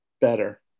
better